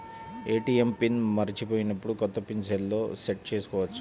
ATM pin మరచిపోయినప్పుడు, కొత్త pin సెల్లో సెట్ చేసుకోవచ్చా?